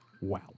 Wow